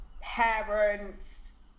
parents